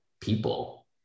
people